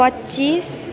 पच्चिस